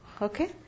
Okay